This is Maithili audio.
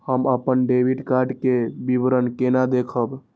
हम अपन डेबिट कार्ड के विवरण केना देखब?